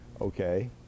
Okay